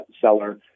seller